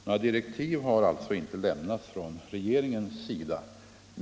Några direktiv har alltså inte lämnats av regeringen.